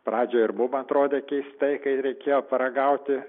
pradžioj ir mum atrodė keistai kai reikėjo paragauti